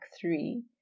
three